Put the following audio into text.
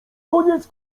koniec